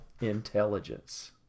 intelligence